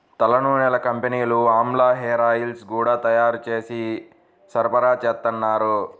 తలనూనెల కంపెనీలు ఆమ్లా హేరాయిల్స్ గూడా తయ్యారు జేసి సరఫరాచేత్తన్నారు